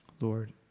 Lord